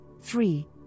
three